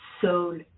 soul